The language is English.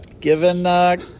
Given